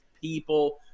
people